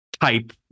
type